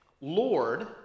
lord